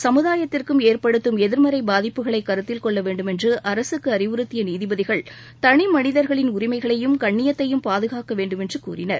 சமுதாயத்திற்கும் ஏற்படுத்தும் எதிர்மறை பாதிப்புக்களை கருத்தில் கொள்ள வேண்டும் என்று அரசுக்கு அறிவுறுத்திய நீதிபதிகள் தனி மனிதர்களின் உரிமைகளையும் கண்ணியத்தையும் பாதுகாக்க வேண்டுமென்று கூறினர்